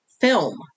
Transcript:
film